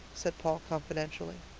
said paul confidentially.